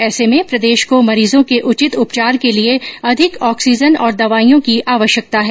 ऐसे में प्रदेश को मरीजों के उचित उपचार के लिए अधिक ऑक्सीजन और दवाईयों की आवश्यकता है